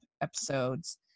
episodes